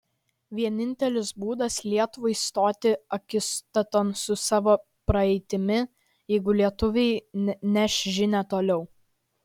vienintelis būdas lietuvai stoti akistaton su savo praeitimi jeigu lietuviai neš žinią toliau